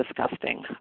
disgusting